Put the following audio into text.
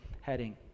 heading